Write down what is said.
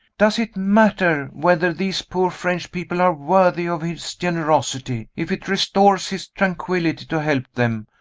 does it matter whether these poor french people are worthy of his generosity? if it restores his tranquillity to help them,